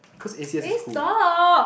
cause A_C_S is cool